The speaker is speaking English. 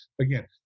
again